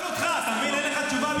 שיבחת את הצבא.